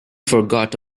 forgot